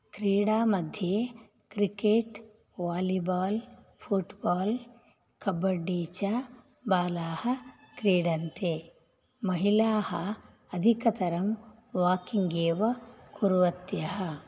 क्रिडामध्ये cricket volleyball football kabaddi च बालाः क्रीडन्ति महिलाः अधिकतरं वाकिङ्ग् एव कुर्वत्यः